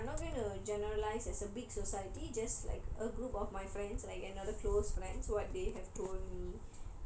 okay generally I'm not going to generalise as a big society just like a group of my friends like another close friends what they have told me